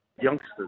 youngsters